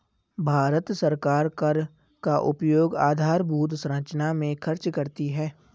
भारत सरकार कर का उपयोग आधारभूत संरचना में खर्च करती है